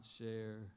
share